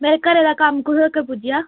मेरे घरै दा कम्म कु'त्थै तक्कर पुज्जेआ